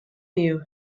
you